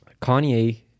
kanye